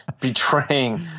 betraying